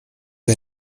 vas